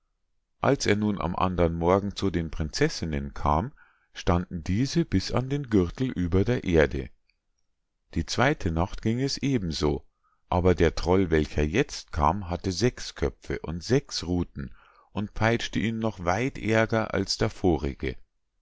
als er nun am andern morgen zu den prinzessinnen kam standen diese bis an den gürtel über der erde die zweite nacht ging es eben so aber der troll welcher jetzt kam hatte sechs köpfe und sechs ruthen und peitschte ihn noch weit ärger als der vorige